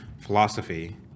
philosophy